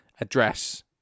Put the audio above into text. Address